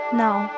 now